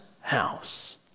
house